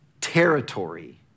territory